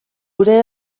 gure